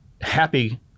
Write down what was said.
happy